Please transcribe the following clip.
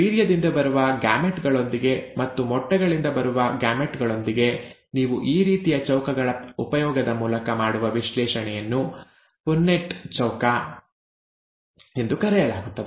ವೀರ್ಯದಿಂದ ಬರುವ ಗ್ಯಾಮೆಟ್ ಗಳೊಂದಿಗೆ ಮತ್ತು ಮೊಟ್ಟೆಗಳಿಂದ ಬರುವ ಗ್ಯಾಮೆಟ್ ಗಳೊಂದಿಗೆ ನೀವು ಈ ರೀತಿಯ ಚೌಕಗಳ ಉಪಯೋಗದ ಮೂಲಕ ಮಾಡುವ ವಿಶ್ಲೇಷಣೆಯನ್ನು ʼಪುನ್ನೆಟ್ಟ್ ಚೌಕʼ ಎಂದು ಕರೆಯಲಾಗುತ್ತದೆ